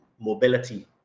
mobility